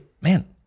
Man